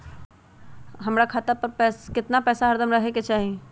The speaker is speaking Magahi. हमरा खाता पर केतना पैसा हरदम रहे के चाहि?